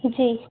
जी